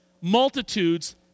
multitudes